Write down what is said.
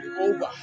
over